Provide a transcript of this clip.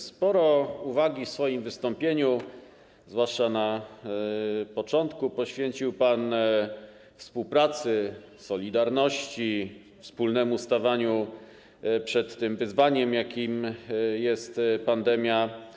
Sporo uwagi w swoim wystąpieniu, zwłaszcza na początku, poświęcił pan współpracy, solidarności, wspólnemu stawaniu przed tym wyzwaniem, jakim jest pandemia.